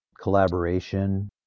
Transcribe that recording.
collaboration